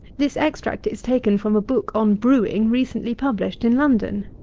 this extract is taken from a book on brewing, recently published in london.